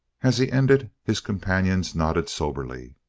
as he ended, his companions nodded soberly.